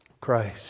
Christ